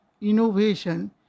innovation